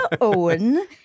Owen